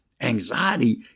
Anxiety